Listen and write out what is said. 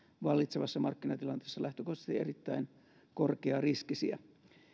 vallitsevassa markkinatilanteessa lähtökohtaisesti erittäin korkeariskisiä